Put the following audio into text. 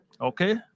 okay